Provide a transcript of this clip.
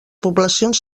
poblacions